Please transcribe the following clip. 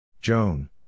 Joan